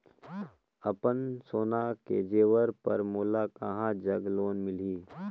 अपन सोना के जेवर पर मोला कहां जग लोन मिलही?